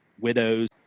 widows